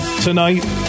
tonight